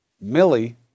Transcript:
Millie